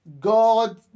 God